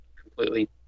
completely